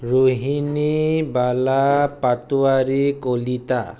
Rohinibala Patowari Kalita